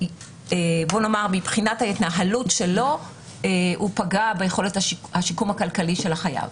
בוא נאמר שמבחינת ההתנהלות שלו הוא פגע ביכולת השיקום הכלכלי של החייב.